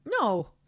no